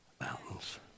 mountains